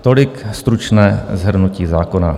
Tolik stručné shrnutí zákona.